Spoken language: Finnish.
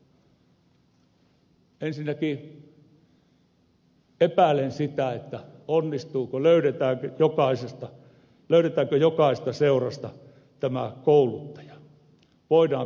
ensinnäkin epäilen sitä onnistuuko tämä löydetäänkö jokaisesta seurasta tämä kouluttaja voidaanko siihen velvoittaa